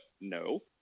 no